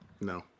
No